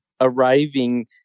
arriving